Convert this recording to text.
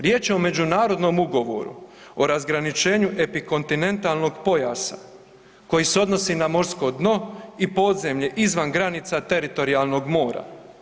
Riječ je o međunarodnom ugovoru, o razgraničenju epikontinentalnog pojasa koji se odnosi na morsko dno i podzemlje izvan granica teritorijalnog mora.